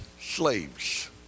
slaves